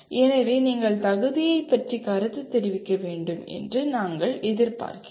எனவே நீங்கள் தகுதியைப் பற்றி கருத்து தெரிவிக்க வேண்டும் என்று நாங்கள் எதிர்பார்க்கிறோம்